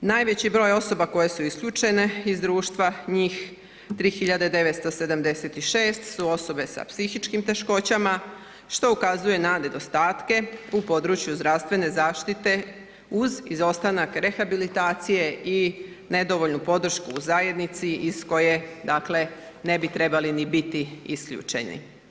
Najveći broj osoba koje su isključene iz društva, njih 3976 su osobe sa psihičkim teškoćama što ukazuje na nedostatke u području zdravstvene zaštite uz izostanak rehabilitacije i nedovoljnu podršku u zajednici iz koje ne bi trebali ni biti isključeni.